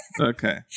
Okay